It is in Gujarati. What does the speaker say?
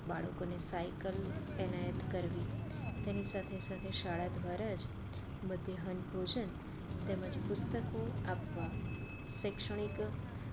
બાળકોને સાયકલ એનાયત કરવી તેની સાથે સાથે શાળા દ્વારા જ મધ્યાહ્ન ભોજન તેમજ પુસ્તકો આપવા શૈક્ષણિક